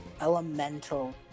elemental